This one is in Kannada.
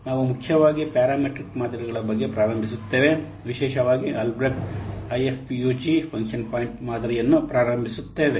ನಾವು ಮುಖ್ಯವಾಗಿ ಪ್ಯಾರಮೆಟ್ರಿಕ್ ಮಾದರಿಗಳ ಬಗ್ಗೆ ಪ್ರಾರಂಭಿಸುತ್ತೇವೆ ವಿಶೇಷವಾಗಿ ಆಲ್ಬ್ರೆಕ್ಟ್ ಐಎಫ್ಪಿಯುಜಿ ಫಂಕ್ಷನ್ ಪಾಯಿಂಟ್ ಮಾದರಿಯನ್ನು ಪ್ರಾರಂಭಿಸುತ್ತೇವೆ